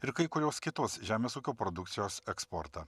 ir kai kurios kitos žemės ūkio produkcijos eksportą